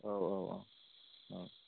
औ औ औ